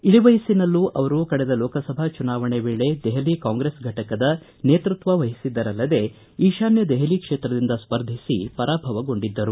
ಇಳಿ ವಯಸ್ಸಿನಲ್ಲೂ ಅವರು ಕಳೆದ ಲೋಕಸಭಾ ಚುನಾವಣೆ ವೇಳೆ ದೆಹಲಿ ಕಾಂಗ್ರೆಸ್ ಫಟಕದ ನೇತೃತ್ವ ವಹಿಸಿದ್ದರಲ್ಲದೇ ಈತಾನ್ಯ ದೆಹಲಿ ಕ್ಷೇತ್ರದಿಂದ ಸ್ಪರ್ಧಿಸಿ ಪರಾಭವಗೊಂಡಿದ್ದರು